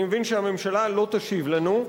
אני מבין שהממשלה לא תשיב לנו,